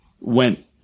went